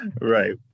Right